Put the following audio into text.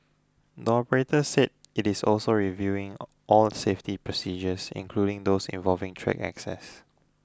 the operator said it is also reviewing all the safety procedures including those involving track access